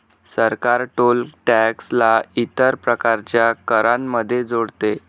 सरकार toll tax ला इतर प्रकारच्या करांमध्ये जोडते